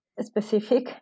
specific